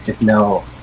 no